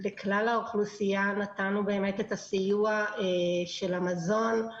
לכלל האוכלוסייה נתנו סיוע של המזון.